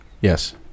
Yes